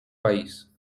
país